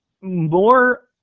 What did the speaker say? more